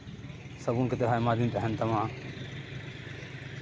ᱥᱟᱵᱚᱱ ᱠᱟᱛᱮ ᱦᱚᱸ ᱟᱭᱢᱟ ᱫᱤᱱ ᱛᱟᱦᱮᱱ ᱛᱟᱢᱟ